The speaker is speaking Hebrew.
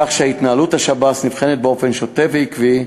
כך שהתנהלות השב"ס נבחנת באופן שוטף ועקבי,